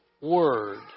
word